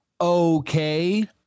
okay